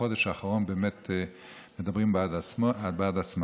בחודש האחרון באמת מדברים בעד עצמם.